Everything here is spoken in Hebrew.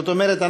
זאת אומרת,